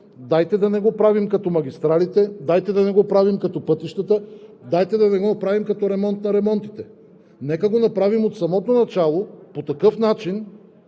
дайте да не го правим като магистралите, дайте да не го правим като пътищата, дайте да не го правим като ремонт на ремонтите! Нека го направим от самото начало по такъв начин,